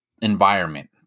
environment